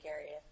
area